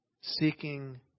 Seeking